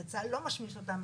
וצה"ל לא משמיש אותם,